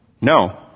No